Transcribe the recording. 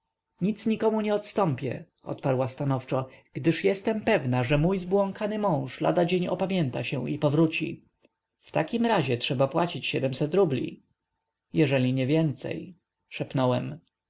nic nikomu nie odstąpię odparła stanowczo gdyż jestem pewna że mój zbłąkany mąż lada dzień opamięta się i powróci w takim razie trzeba płacić rubli jeżeli niewięcej